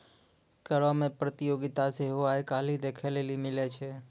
करो मे प्रतियोगिता सेहो आइ काल्हि देखै लेली मिलै छै